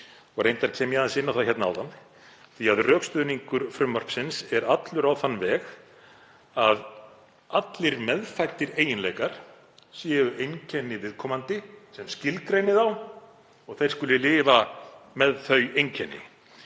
Reyndar kom ég aðeins inn á það áðan því að rökstuðningur frumvarpsins er allur á þann veg að allir meðfæddir eiginleikar séu einkenni viðkomandi sem skilgreini þá og þeir skuli lifa með þau einkenni.